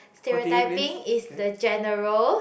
stereotyping is the general